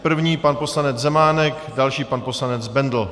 První pan poslanec Zemánek, další pan poslanec Bendl.